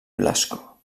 blasco